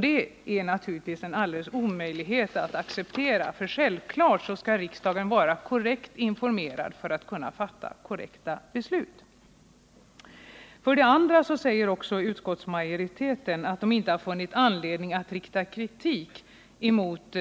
Detta är naturligtvis alldeles omöjligt att acceptera. Självfallet skall riksdagen vara korrekt informerad för att kunna fatta korrekta beslut. För det andra säger utskottsmajoriteten att man inte har funnit anledning att rikta kritik mot